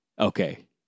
Okay